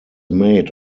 made